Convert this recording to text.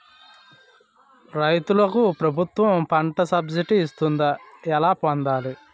రైతులకు ప్రభుత్వం పంట సబ్సిడీ ఇస్తుందా? ఎలా పొందాలి?